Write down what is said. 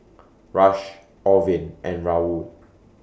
Rush Orvin and Raul